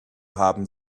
haben